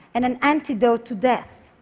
and an antidote to death.